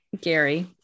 gary